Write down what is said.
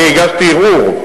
אני הגשתי ערעור.